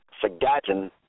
forgotten